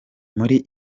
muri